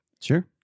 Sure